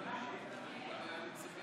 להלן תוצאות